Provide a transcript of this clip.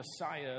Messiah